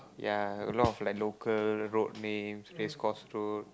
ya a lot of like local road name place cross road